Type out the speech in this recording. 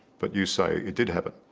but you say you did heven